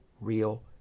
real